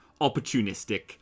opportunistic